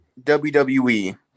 wwe